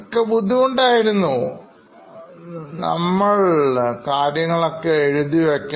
നമ്മൾ നിരീക്ഷകരെ കാര്യങ്ങൾ എഴുതി വയ്ക്കുക